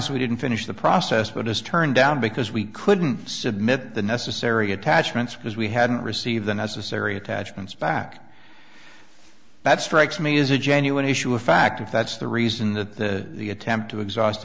so we didn't finish the process but just turned down because we couldn't submit the necessary attachments because we hadn't received the necessary attachments back that strikes me is a genuine issue of fact if that's the reason that the attempt to exhaust